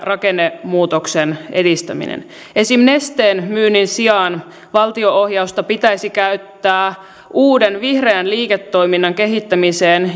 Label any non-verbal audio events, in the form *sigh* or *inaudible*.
rakennemuutoksen edistäminen esim nesteen myynnin sijaan valtio ohjausta pitäisi käyttää uuden vihreän liiketoiminnan kehittämiseen *unintelligible*